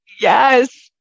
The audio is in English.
Yes